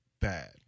bad